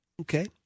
Okay